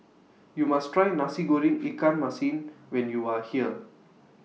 YOU must Try Nasi Goreng Ikan Masin when YOU Are here